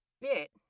bit